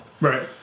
Right